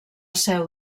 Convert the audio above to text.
seu